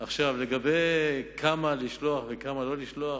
לגבי כמה לשלוח וכמה לא לשלוח,